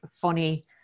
funny